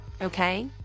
okay